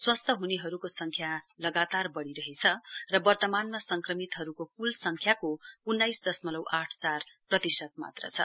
स्वस्थ हुनेहरुको संख्यामा लगातार बढ़िरहेछ र वर्तमानमा संक्रमितहरुको कुल संख्याको उन्नाइस दशमलउ आठ चार प्रतिशत मात्र छ